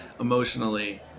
emotionally